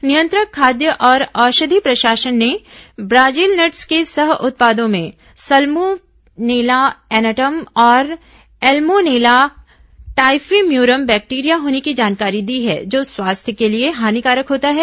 नियंत्रक खाद्य और औषधि प्रशासन ने ब्राजील नद्स के सह उत्पादों में सलमोनेला एनाटम और एलमोनेला टाइफीम्यूरम बैक्टीरिया होने की जानकारी दी है जो स्वास्थ्य के लिए हानिकारक होता है